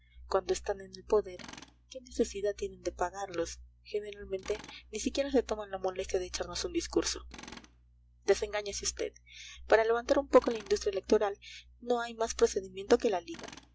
cuando están en el poder qué necesidad tienen de pagarlos generalmente ni siquiera se toman la molestia de echarnos un discurso desengáñese usted para levantar un poco la industria electoral no hay más procedimiento que la liga